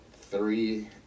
three